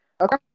Okay